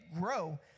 grow